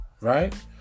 right